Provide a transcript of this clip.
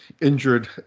injured